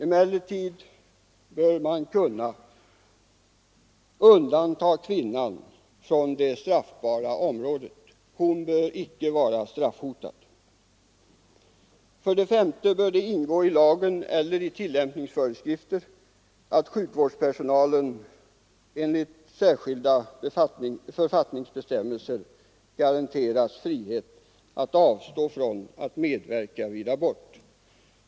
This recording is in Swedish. Emellertid bör man undanta kvinnan från det straffbara området — hon bör icke vara straffhotad. 5. Det bör ingå i lagen eller i tillämpningsföreskrifterna att sjukvårdspersonalen enligt särskilda författningsbestämmelser garanteras frihet att avstå från att medverka vid abort.